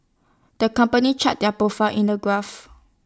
the company charted their profits in the graph